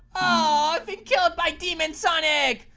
ah i've been killed by demon sonic.